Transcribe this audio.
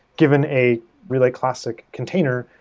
given a relay classic container,